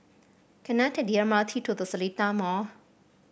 can I take the M R T to The Seletar Mall